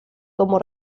como